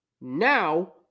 now